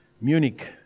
Munich